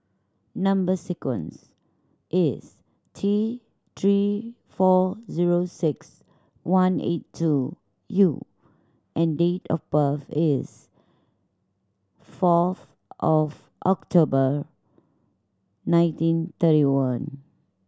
number sequence is T Three four zero six one eight two U and date of birth is fourth of October nineteen thirty one